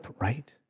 right